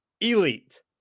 ELITE